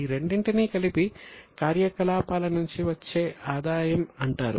ఈ రెండింటినీ కలిపి కార్యకలాపాల నుండి వచ్చే ఆదాయం అంటారు